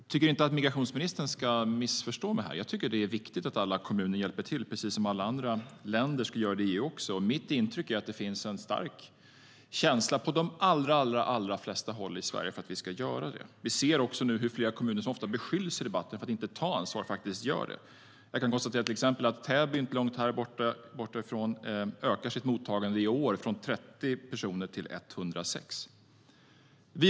Fru talman! Jag tycker att migrationsministern inte ska missförstå mig här. Jag tycker att det är viktigt att alla kommuner hjälper till, precis som att alla länder i EU också ska göra det. Mitt intryck är att det finns en stark känsla på de allra flesta håll i Sverige för att vi ska göra det. Vi ser också nu hur kommuner som ofta beskylls i debatten för att inte ta ansvar faktiskt gör det. Jag kan till exempel konstatera att Täby inte långt härifrån ökar sitt mottagande i år från 30 till 106 personer.